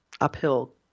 uphill